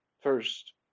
First